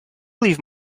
leave